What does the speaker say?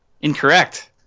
Incorrect